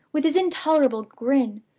with his intolerable grin.